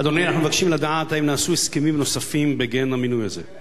אנחנו מבקשים לדעת האם נעשו הסכמים נוספים בגין המינוי הזה,